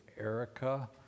Erica